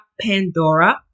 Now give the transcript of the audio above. Pandora